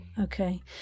Okay